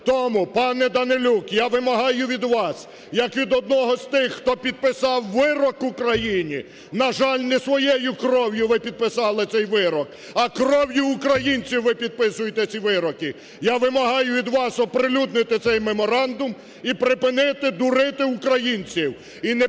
Тому, пане Данилюк, я вимагаю від вас як від одного з тих, хто підписав вирок Україні, на жаль, не своєю кров'ю ви підписали цей вирок, а кров'ю українців ви підписуєте ці вироки, я вимагаю від вас оприлюднити цей меморандум і припинити дурити українців, і не